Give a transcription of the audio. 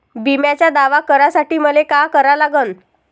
बिम्याचा दावा करा साठी मले का करा लागन?